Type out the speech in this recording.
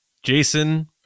Jason